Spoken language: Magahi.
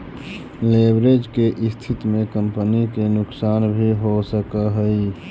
लेवरेज के स्थिति में कंपनी के नुकसान भी हो सकऽ हई